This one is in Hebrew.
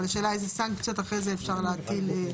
אבל השאלה איזה סנקציות אחרי זה אפשר להטיל.